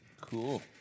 Cool